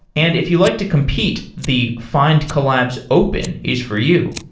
and if you like to compete, the findcollabs open is for you.